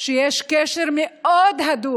שיש קשר הדוק